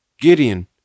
Gideon